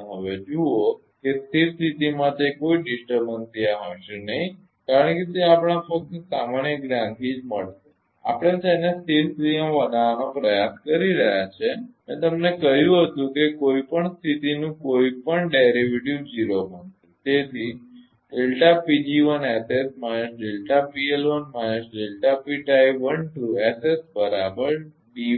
હવે જુઓ કે સ્થિર સ્થિતિમાં તે કોઈ ડિસ્ટર્બન્સ ત્યાં હશે નહીં કારણ કે તે આપણા ફકત સામાન્ય જ્ઞાનથી જ મળશે આપણે તેને સ્થિર સ્થિતિમાં બનાવવાનો પ્રયાસ કરી રહ્યા છે મેં તમને કહ્યું હતું કે કોઈપણ સ્થિતીનું કોઈપણ વ્યુત્પન્ન 0 બનશે